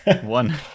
one